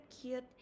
cute